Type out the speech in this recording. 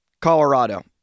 Colorado